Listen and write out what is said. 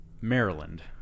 Maryland